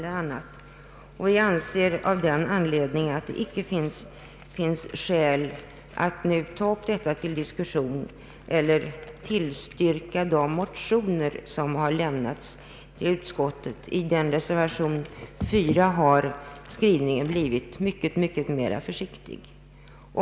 Jag anser av denna anledning att de motioner som har väckts inte nu bör tas upp till diskussion eller att de bör tillstyrkas — i reservation 4 har skrivningen på den punkten blivit mycket mera försiktig.